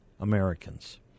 Americans